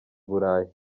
burayi